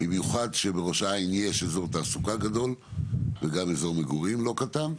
במיוחד כשבראש העין יש אזור תעסוקה גדול וגם אזור מגורים לא קטן,